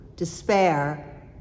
Despair